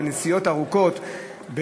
בנסיעות ארוכות,